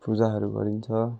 पूजाहरू गरिन्छ